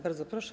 Bardzo proszę.